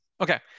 Okay